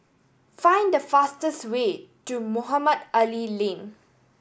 find the fastest way to Mohamed Ali Lane